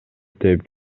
тээп